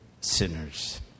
sinners